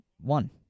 One